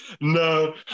No